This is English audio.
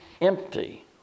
empty